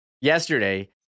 yesterday